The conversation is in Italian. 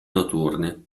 notturni